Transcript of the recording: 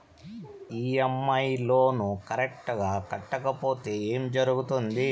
EMI loan correct గా కట్టకపోతే ఏం జరుగుతుంది